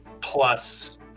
plus